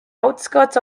outskirts